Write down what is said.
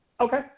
Okay